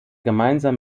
gemeinsam